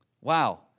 wow